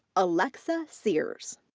alexa sears.